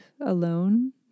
alone